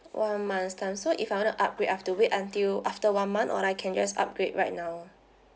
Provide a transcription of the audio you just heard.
one month's time so if I want to upgrade I have to wait until after one month or I can just upgrade right now